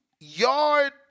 Yard